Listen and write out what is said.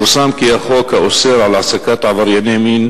פורסם כי החוק האוסר העסקת עברייני מין